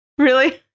really?